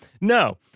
No